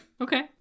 okay